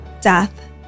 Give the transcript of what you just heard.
death